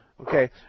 Okay